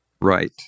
right